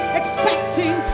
expecting